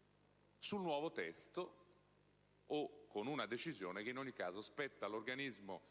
comunque interverrebbe una decisione, che in ogni caso spetta all'organismo